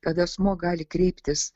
kad asmuo gali kreiptis